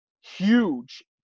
huge